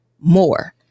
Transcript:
more